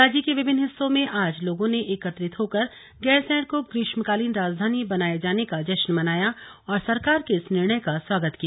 राज्य के विभिन्न हिस्सों में आज लोगों ने एकत्रित होकर गैरसैंण को ग्रीष्मकालीन राजधानी बनाए जाने का जश्न मनाया और सरकार के इस निर्णय का स्वागत किया